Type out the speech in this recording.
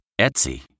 Etsy